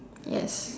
yes